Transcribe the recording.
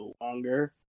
longer